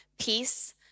peace